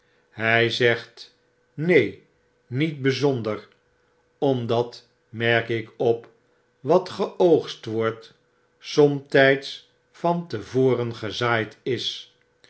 hij zegt neen niet bijzonder omday merk ik op wat geoogst wordt somtyds van te voren gezaaid is